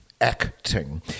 Acting